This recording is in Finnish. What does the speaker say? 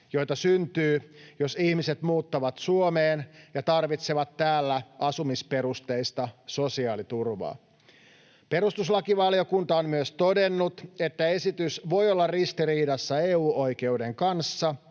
joita syntyy, jos ihmiset muuttavat Suomeen ja tarvitsevat täällä asumisperusteista sosiaaliturvaa. Perustuslakivaliokunta on myös todennut, että esitys voi olla ristiriidassa EU-oikeuden kanssa,